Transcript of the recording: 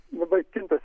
labai kinta